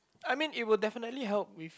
I mean it will definitely help if